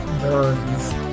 burns